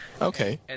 Okay